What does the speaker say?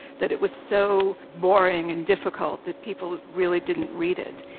that it was so boring and difficult that people really didn't read it.